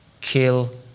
kill